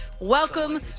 Welcome